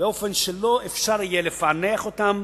באופן שלא יהיה אפשר לפענח אותם